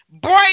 Break